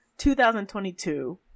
2022